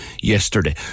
yesterday